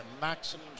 maximum